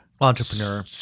entrepreneur